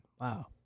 Wow